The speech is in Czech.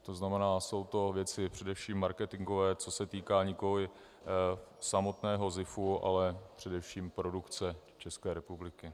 To znamená, jsou to věci především marketingové, co se týká nikoliv samotného ZIFu, ale především produkce České republiky.